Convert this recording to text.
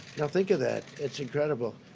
think of that. that's incredible.